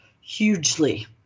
hugely